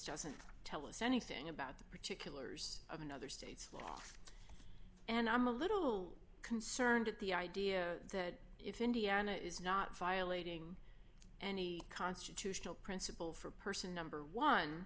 doesn't tell us anything about the particulars of state's law and i'm a little concerned at the idea that if indiana is not violating any constitutional principle for person number one